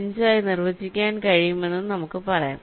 5 ആയി നിർവചിക്കാൻ കഴിയുമെന്ന് നമുക്ക് പറയാം